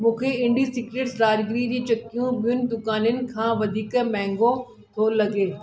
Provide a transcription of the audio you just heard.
मूंखे इंडिसिक्रेट्स राजगिरी जी चिक्कियूं ॿियुनि दुकानयुनि खां वधीक महांगो थो लॻे